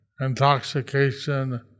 intoxication